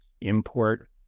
import